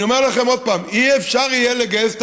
אני אומר לכם עוד פעם: אי-אפשר יהיה לגייס את